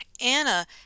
Anna